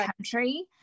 country